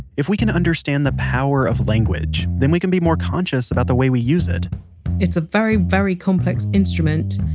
if we can understand the power of language, then we can be more conscious about the way we use it it's a very, very complex instrument.